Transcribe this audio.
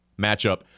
matchup